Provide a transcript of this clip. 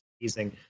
amazing